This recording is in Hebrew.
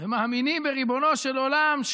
ומאמינים בריבונו של עולם,